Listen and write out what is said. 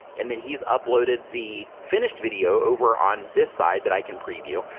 and then he's uploaded the finished video over on this side that i can preview.